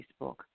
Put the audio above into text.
Facebook